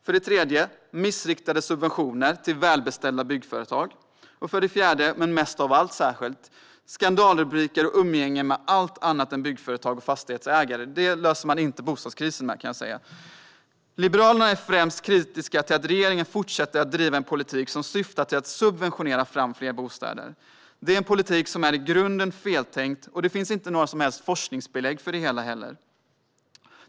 För det tredje har man infört missriktade subventioner till välbeställda byggföretag. För det fjärde, och mest av allt, ser vi skandalrubriker och umgänge med allt annat än byggföretag och fastighetsägare. Det löser man inte bostadskrisen med, kan jag säga. Liberalerna är främst kritiska till att regeringen fortsätter att driva en politik som syftar till att subventionera fram fler bostäder. Det är en politik som är i grunden feltänkt, och det finns inte heller några som helst forskningsbelägg för det.